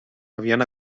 havien